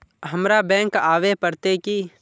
हमरा बैंक आवे पड़ते की?